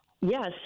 Yes